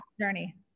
journey